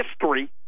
history